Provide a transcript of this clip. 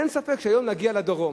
אין ספק שהיום להגיע לדרום,